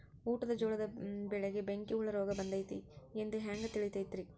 ಊಟದ ಜೋಳದ ಬೆಳೆಗೆ ಬೆಂಕಿ ಹುಳ ರೋಗ ಬಂದೈತಿ ಎಂದು ಹ್ಯಾಂಗ ತಿಳಿತೈತರೇ?